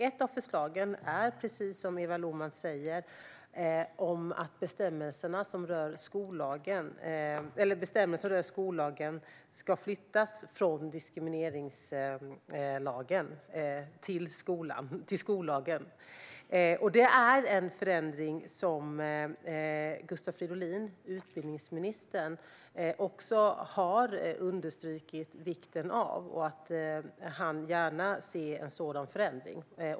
Ett av förslagen är, precis som Eva Lohman säger, att bestämmelser om skolan ska flyttas från diskrimineringslagen till skollagen. Det är en förändring som Gustav Fridolin, utbildningsministern, också har understrukit vikten av. Han ser gärna en sådan förändring.